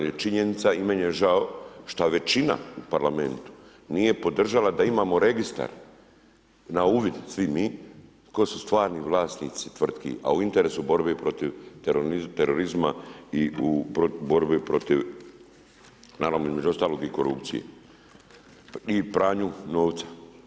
Ali je činjenica i meni je žao što većina u parlamentu nije podržala da imamo registar na uvid svi mi tko su stvarni vlasnici tvrtki, a u interesu borbe protiv terorizma i borbe protiv, naravno između ostalog i korupcije i pranju novca.